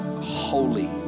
holy